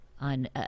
on